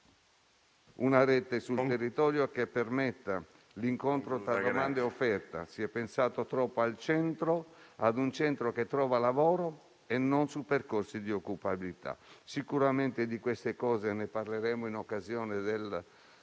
una rete sul territorio che permetta l'incontro tra domanda e offerta. Si è pensato troppo a un centro che trova lavoro e non a percorsi di occupabilità. Sicuramente di queste cose parleremo in occasione